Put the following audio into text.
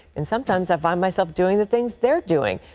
and sometimes i find myself doing the things they're doing.